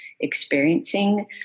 experiencing